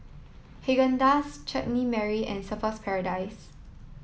Haagen Dazs Chutney Mary and Surfer's Paradise